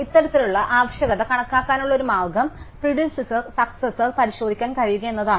ഇത്തരത്തിലുള്ള ആവശ്യകത കണക്കാക്കാനുള്ള ഒരു മാർഗം പ്രീഡിസെസാർ സക്സസാർ പരിശോധിക്കാൻ കഴിയുക എന്നതാണ്